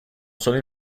solo